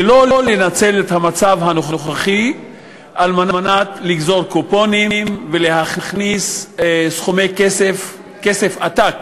ולא לנצל את המצב הנוכחי על מנת לגזור קופונים ולהכניס סכומי עתק